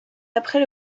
après